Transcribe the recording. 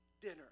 dinner